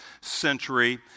century